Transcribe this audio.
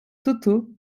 toto